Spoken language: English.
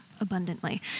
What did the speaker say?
abundantly